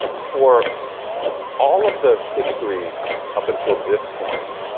for all of the history up until this point,